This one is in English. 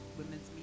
women's